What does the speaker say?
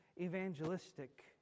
evangelistic